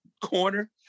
corner